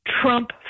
Trump